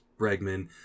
bregman